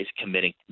committing